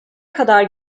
kadar